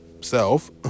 self